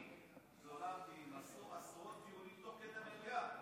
אני התלוננתי, הם עשו עשרות דיונים תוך כדי מליאה.